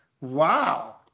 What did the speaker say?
Wow